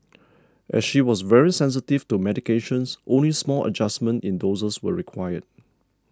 as she was very sensitive to medications only small adjustments in doses were required